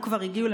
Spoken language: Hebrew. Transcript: או כבר הגיעו,